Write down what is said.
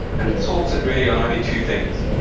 and it sorts it really on only two things,